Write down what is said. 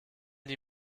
die